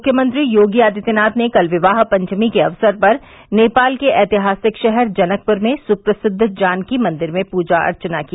मुख्यमंत्री योगी आदित्यनाथ ने कल विवाह पंचमी के अवसर पर नेपाल के ऐतिहासिक शहर जनकप्र में सुप्रसिद्द जानकी मंदिर में पूजा अर्चना की